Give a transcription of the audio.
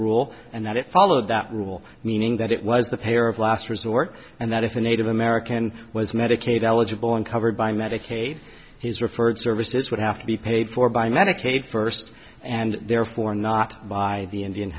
rule and that it followed that rule meaning that it was the pair of last resort and that if the native american was medicaid eligible and covered by medicaid his referred services would have to be paid for by medicaid first and therefore not by the indian